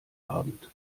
abend